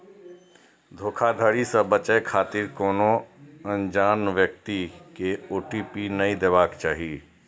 धोखाधड़ी सं बचै खातिर कोनो अनजान व्यक्ति कें ओ.टी.पी नै देबाक चाही